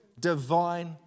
divine